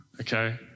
Okay